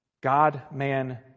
God-man